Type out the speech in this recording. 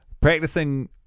Practicing